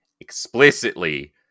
explicitly